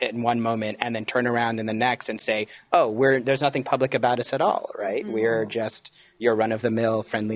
in one moment and then turn around in the next and say oh where there's nothing public about us at all right we are just your run of the mill friendly